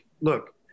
look